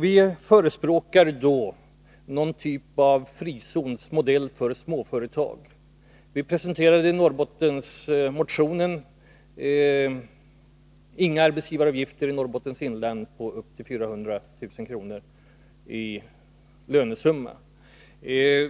Vi förespråkar då någon typ av frizonsmodell för småföretag. Vi presenterade ett sådant förslag i vår Norrbottensmotion: inga arbetsgivaravgifter i Norrbottens inland för företag med upp till 400 000 kr. i lönesumma.